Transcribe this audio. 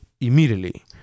immediately